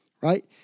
Right